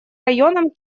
районом